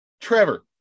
Trevor